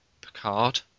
Picard